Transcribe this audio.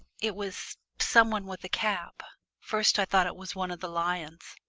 it was somebody with a cap first i thought it was one of the lions.